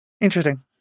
Interesting